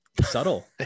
subtle